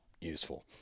useful